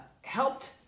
helped